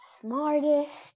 smartest